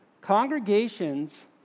Congregations